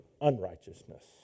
unrighteousness